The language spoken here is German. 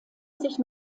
sich